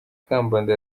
kabanda